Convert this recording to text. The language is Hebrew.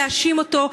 להאשים אותו,